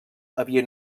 havia